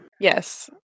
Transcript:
Yes